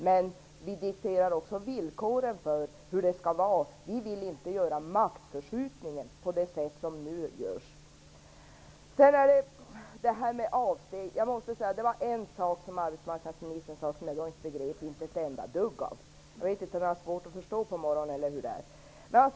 Men vi dikterar också villkoren för hur det skall göras. Vi vill inte göra maktförskjutningen på det sätt som nu görs. Arbetsmarknadsministern sade en sak som jag inte begrep ett enda dugg av. Jag vet inte om jag har svårt att förstå på morgonen eller hur det är.